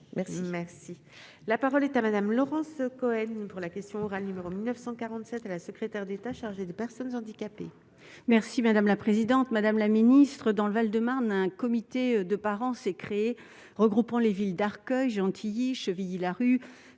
merci, la parole est à Madame Laurence Cohen pour la question orale numéro 1947 la secrétaire d'État chargée des personnes handicapées. Merci madame la présidente, madame la ministre, dans le Val-de-Marne, un comité de parents s'est créé, regroupant les villes d'Arcueil, Gentilly, Chevilly-Larue